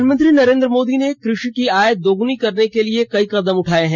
प्रधानमंत्री नरेंद्र मोदी ने कृषि की आय दोगुनी करने के लिए कई कदम उठाए हैं